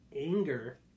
anger